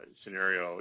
scenario